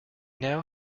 now